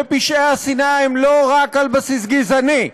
ופשעי שנאה הם לא רק על בסיס גזעני,